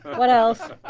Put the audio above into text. what else?